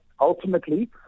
Ultimately